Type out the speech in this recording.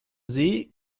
see